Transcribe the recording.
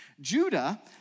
Judah